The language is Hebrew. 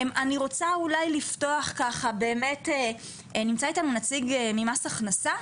אני רוצה לפתוח, נמצא איתנו נציג ממס הכנסה